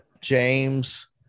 James